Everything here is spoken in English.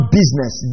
business